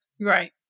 right